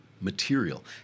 Material